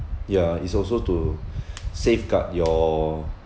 ya is also to safeguard your